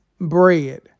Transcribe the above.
bread